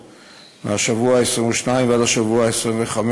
מהשבוע ה-22 ועד השבוע ה-25,